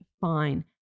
fine